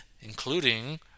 including